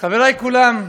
חברי כולם,